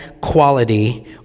quality